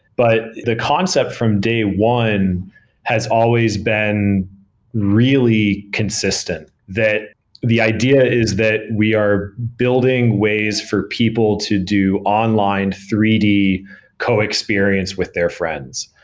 but the concept from day one has always been really consistent that the idea is that we are building ways for people to do online three d co experience with their friends.